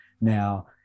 now